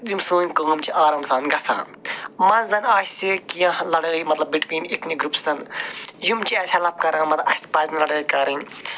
یِم سٲنۍ کٲم چھِ آرام سان گَژھان منٛز آسہِ کیٚنٛہہ لَڑٲے مطلب بِٹویٖن اِتھنِک گرٛوپسَن یِم چھِ اَسہِ ہٮ۪لٕپ کَران مطلب اَسہِ پَزِ نہٕ لَڑٲے کَرٕنۍ